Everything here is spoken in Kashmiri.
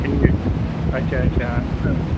ٹھیٖک اَچھا اَچھا اَہن حظ